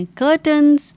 curtains